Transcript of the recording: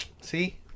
See